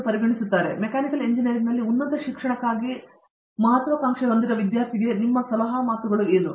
ಹಾಗಾದರೆ ಮೆಕ್ಯಾನಿಕಲ್ ಎಂಜಿನಿಯರಿಂಗ್ನಲ್ಲಿ ಉನ್ನತ ಶಿಕ್ಷಣಕ್ಕಾಗಿ ಮಹತ್ವಾಕಾಂಕ್ಷೆಯ ವಿದ್ಯಾರ್ಥಿಗೆ ನಿಮ್ಮ ಸಲಹೆ ಮಾತುಗಳು ಯಾವುವು